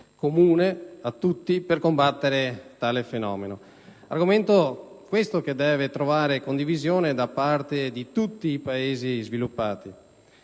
comune a tutti, per combattere tale fenomeno. Argomento questo che deve trovare condivisione da parte di tutti i Paesi sviluppati.